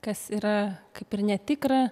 kas yra kaip ir netikra